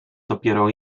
dopiero